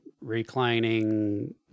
reclining